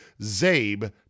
ZABE